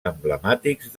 emblemàtics